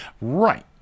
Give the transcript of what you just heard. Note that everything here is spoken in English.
Right